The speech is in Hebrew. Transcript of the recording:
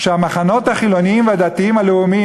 שהמחנות החילוניים והדתיים-הלאומיים,